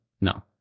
No